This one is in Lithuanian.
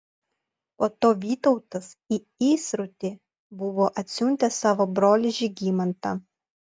po to vytautas į įsrutį buvo atsiuntęs savo brolį žygimantą